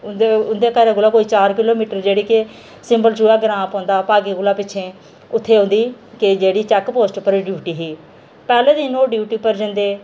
उं'दे घरा कोला कोई चार किलो मीटर जेह्ड़ी के सिंबल चोहा ग्रांऽ पौंदा भागे कोला पिच्छे उत्थें उ'न्दी के जेह्ड़ी चैक पोस्ट उप्पर ड्यूटी ही पैहले दिन ओह् ड्यूटी उप्पर जंदे